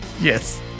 Yes